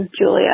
Julia